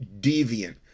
deviant